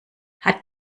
hat